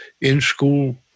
in-school